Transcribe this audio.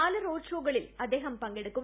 നാല് റോഡ് ഷോകളിൽ അദ്ദേഹം പങ്കെടുക്കും